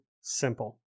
simple